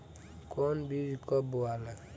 कौन बीज कब बोआला?